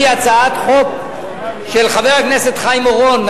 היא הצעת חוק של חבר הכנסת חיים אורון.